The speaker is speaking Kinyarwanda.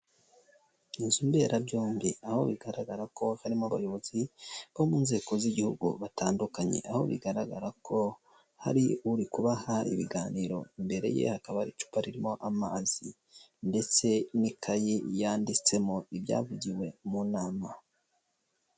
Inzu mberabyombi aho bigaragara ko harimo abayobozi bo mu nzego z'igihugu batandukanye, aho bigaragara ko hari uri kubaha ibiganiro, imbere ye hakaba icupa ririmo amazi ndetse n'ikayi yanditsemo ibyavugiwe mu nama.